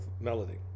melody